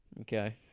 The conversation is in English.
Okay